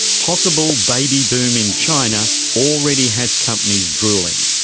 possible baby boom in china already has companies drooling,